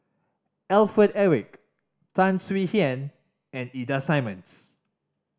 Alfred Eric Tan Swie Hian and Ida Simmons